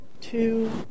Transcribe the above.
two